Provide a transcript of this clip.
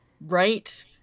right